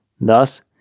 Thus